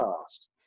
past